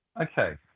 Okay